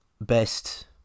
best